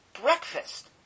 breakfast